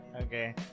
Okay